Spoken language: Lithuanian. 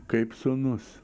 kaip sūnus